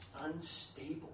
unstable